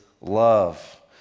love